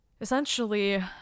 Essentially